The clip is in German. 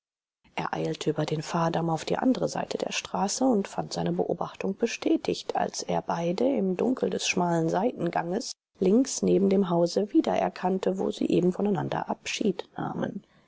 er eilte über den fahrdamm auf die andere seite der straße und fand seine beobachtung bestätigt als er beide im dunkel des schmalen seitenganges links neben dem hause wiedererkannte wo sie eben voneinander abschied nahmen